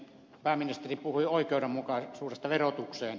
pääministeri puhui oikeudenmukaisuudesta verotuksessa